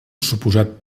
suposat